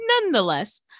nonetheless